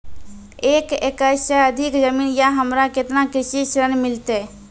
एक एकरऽ से अधिक जमीन या हमरा केतना कृषि ऋण मिलते?